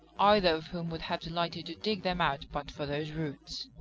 either of whom would have delighted to dig them out but for those roots.